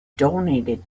donated